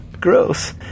gross